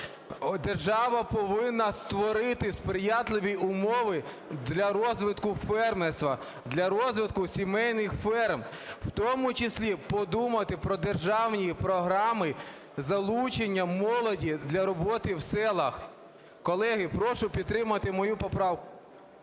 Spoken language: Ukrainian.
Держава повинна створити сприятливі умови для розвитку фермерства, для розвитку сімейних ферм. В тому числі подумати про державні програми залучення молоді для роботи в селах. Колеги, прошу підтримати мою поправку.